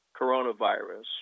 coronavirus